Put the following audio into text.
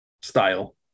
style